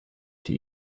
die